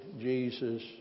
Jesus